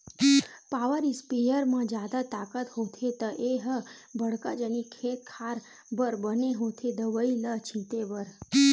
power sprayer म जादा ताकत होथे त ए ह बड़का जनिक खेते खार बर बने होथे दवई ल छिते बर